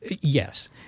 Yes